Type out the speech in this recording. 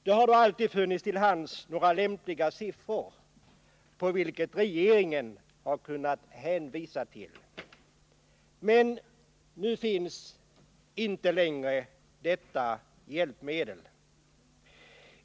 Det har då alltid funnits till hands några lämpliga siffror vilka regeringen har kunnat hänvisa till. Men nu finns inte längre detta hjälpmedel.